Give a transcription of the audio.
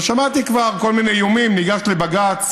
שמעתי כבר כל מיני איומים: ניגש לבג"ץ,